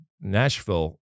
Nashville